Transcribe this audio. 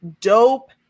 dope